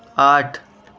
آٹھ